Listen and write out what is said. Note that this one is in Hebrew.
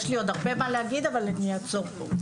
יש לי עוד הרבה מה להגיד אבל אני אעצור פה.